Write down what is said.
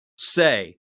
say